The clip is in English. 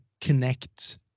connect